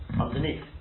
underneath